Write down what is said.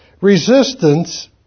Resistance